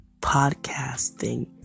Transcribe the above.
podcasting